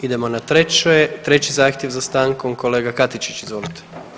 Idemo na 3 zahtjev za stankom, kolega Katičić, izvolite.